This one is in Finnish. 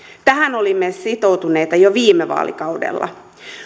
tähän olimme sitoutuneet jo viime vaalikaudella